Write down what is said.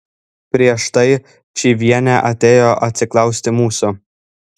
prieš tai čyvienė atėjo atsiklausti mūsų